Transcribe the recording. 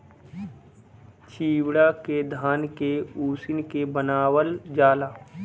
चिवड़ा के धान के उसिन के बनावल जाला